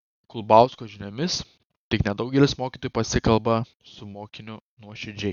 kulbausko žiniomis tik nedaugelis mokytojų pasikalba su mokiniu nuoširdžiai